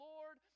Lord